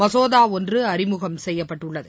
மசோதா ஒன்று அறிமுகம் செய்யப்பட்டுள்ளது